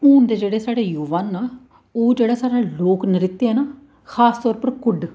हून दे जेह्डे साढ़े युवा ना ओह् जेह्ड़ा साढ़ा लोक नृत्य ऐ ना खास तौर उप्पर कुड्ढ